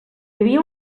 havia